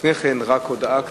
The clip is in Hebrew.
לפני כן רק הודעה קצרה: